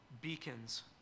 beacons